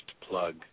plug